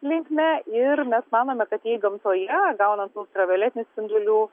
linkme ir mes manome kad jai gamtoje gaunant ultravioletinių spindulių